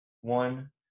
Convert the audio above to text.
one